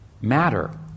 matter